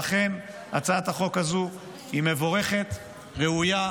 לכן הצעת החוק הזו היא מבורכת, ראויה,